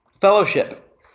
fellowship